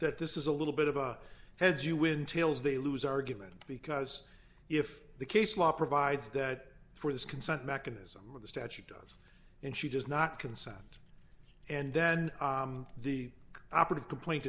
that this is a little bit of a heads you win tails they lose argument because if the case law provides that for this consent mechanism of the statute does and she does not consent and then the operative complaint